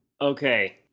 okay